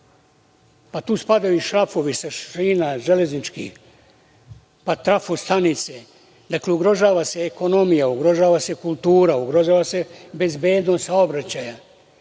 a tu spadaju i šrafovi sa železničkih šina, trafo stanice, dakle, ugrožava se ekonomija, ugrožava se kultura, bezbednost saobraćaja